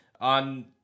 on